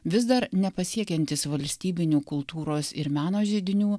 vis dar nepasiekiantys valstybinių kultūros ir meno židinių